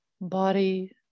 body